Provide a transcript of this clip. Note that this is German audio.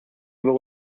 über